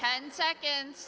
ten seconds